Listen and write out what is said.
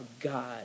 God